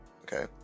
okay